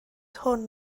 hwn